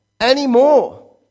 anymore